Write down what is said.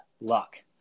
luck